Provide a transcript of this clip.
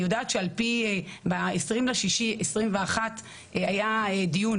אני יודעת ב-20 ביוני 2021 היה דיון